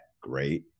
great